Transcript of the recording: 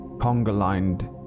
conga-lined